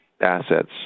assets